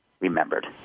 Remembered